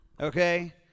okay